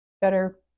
better